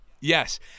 Yes